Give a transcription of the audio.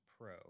Pro